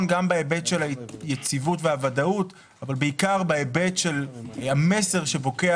גם בהיבט של היציבות והוודאות אבל בעיקר בהיבט של המסר שבוקע